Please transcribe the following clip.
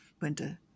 winter